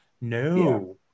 No